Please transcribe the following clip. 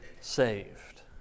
saved